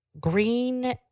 Green